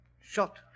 Shot